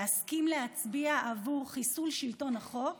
להסכים להצביע עבור חיסול שלטון החוק